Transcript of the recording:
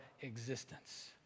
existence